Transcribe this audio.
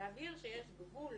ולהבהיר שיש גבול